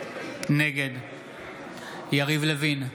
נגד יריב לוין,